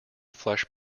flesh